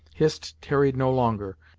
hist tarried no longer,